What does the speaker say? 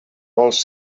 vols